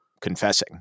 confessing